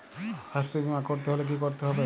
স্বাস্থ্যবীমা করতে হলে কি করতে হবে?